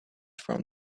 from